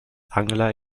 angler